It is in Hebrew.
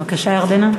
בבקשה, ירדנה.